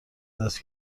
دست